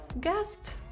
guest